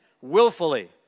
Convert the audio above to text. willfully